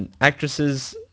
actresses